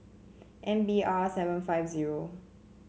M B R seven five zero